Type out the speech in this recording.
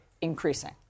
increasing